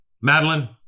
Madeline